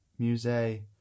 Musée